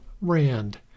Rand